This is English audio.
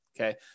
Okay